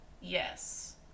Yes